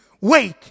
wait